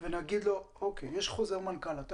ונגיד לו שיש חוזר מנכ"ל - שהוא מחייב,